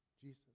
Jesus